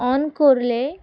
on করলে